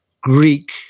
Greek